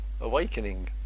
awakening